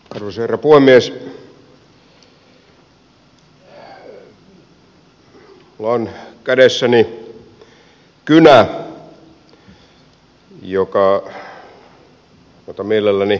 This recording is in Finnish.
minulla on kädessäni kynä jota mielelläni käytän